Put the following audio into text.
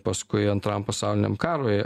paskui antram pasauliniam karui